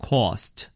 Cost